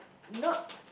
not